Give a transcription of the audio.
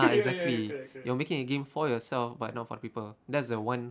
ah exactly you're making a game for yourself but not for the people that's the one